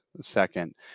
second